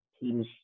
teams